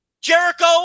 Jericho